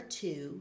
two